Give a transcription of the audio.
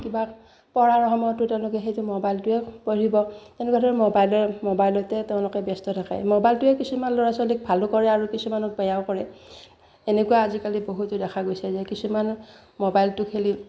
কিবা পঢ়াৰ সময়তো তেওঁলোকে সেইটো মোবাইলটোৱে পঢ়িব তেনেকুৱা ধৰক মোবাইল মোবাইলতে তেওঁলোকে ব্যস্ত থাকে মোবাইলটোৱে কিছুমান ল'ৰা ছোৱালীক ভালো কৰে আৰু কিছুমানক বেয়াও কৰে এনেকুৱা আজিকালি বহুতো দেখা গৈছে যে কিছুমানে মোবাইলটো খেলি